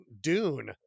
Dune